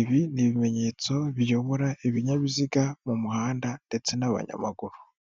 ibi ni ibimenyetso biyobora ibinyabiziga mu muhanda ndetse n'abanyamaguru.